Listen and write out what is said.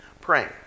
praying